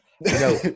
No